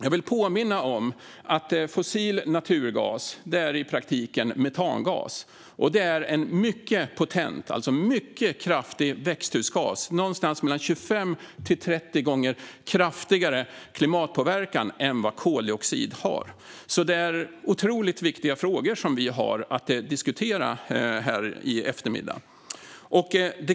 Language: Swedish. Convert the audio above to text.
Jag vill påminna om att fossil naturgas i praktiken är metangas. Det är en mycket potent växthusgas, med mellan 25 och 30 gånger kraftigare klimatpåverkan än koldioxid. Det är alltså otroligt viktiga frågor vi har att diskutera här i eftermiddag.